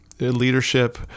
leadership